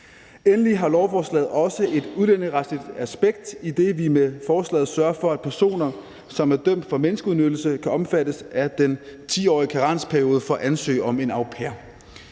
Endelig har lovforslaget også et udlændingeretsligt aspekt, idet vi med forslaget sørger for, at personer, som er dømt for menneskeudnyttelse, kan omfattes af den 10-årige karensperiode for ansøgning om en au pair.